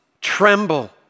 tremble